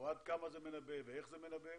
או עד כמה זה מנבא ואיך זה מנבא?